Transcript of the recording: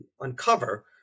uncover